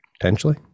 Potentially